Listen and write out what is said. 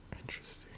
Interesting